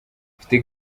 mfite